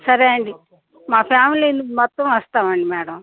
సరే అండి మా ఫ్యామిలీలు మొత్తం వస్తాం అండి మ్యాడమ్